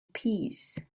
peace